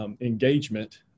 engagement